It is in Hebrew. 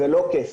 זה לא כסף.